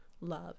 love